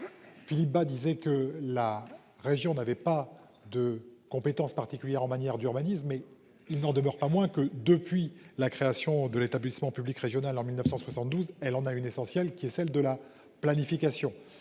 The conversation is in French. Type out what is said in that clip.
Philippe Bas disait que la région n'avait pas de compétences particulières en matière d'urbanisme. Mais il n'en demeure pas moins que depuis la création de l'établissement public régional en 1972, elle en a une essentielle qui est celle de la planification